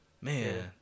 man